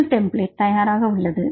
உங்கள் டெம்ப்ளேட் தயாராக உள்ளது